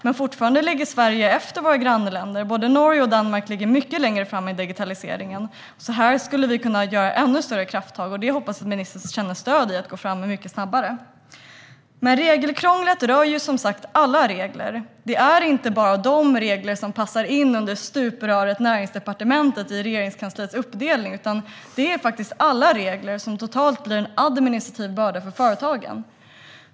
Men vi ligger fortfarande efter våra grannländer - både Norge och Danmark ligger mycket längre fram i digitaliseringen. Här skulle vi alltså kunna ta ännu större krafttag, och här hoppas jag att ministern känner stöd i att gå fram mycket snabbare. Men regelkrånglet rör som sagt alla regler. Det är inte bara de regler som passar in i stupröret Näringsdepartementet i Regeringskansliets uppdelning, utan det är faktiskt alla regler som totalt blir en administrativ börda för företagen.